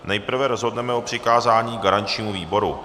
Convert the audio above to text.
Nejprve rozhodneme o přikázání garančnímu výboru.